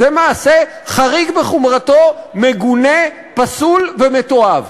זה מעשה חריג בחומרתו, מגונה, פסול ומתועב.